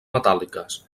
metàl·liques